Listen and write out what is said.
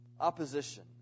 opposition